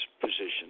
position